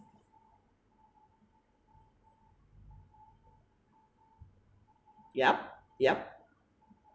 yup yup